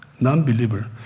non-believer